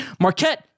Marquette